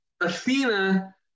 Athena